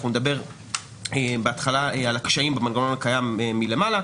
אנחנו נדבר בהתחלה על הקשיים במנגנון הקיים מלמעלה.